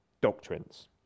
doctrines